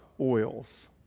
oils